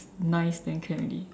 nice then can already